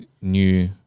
new